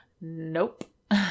nope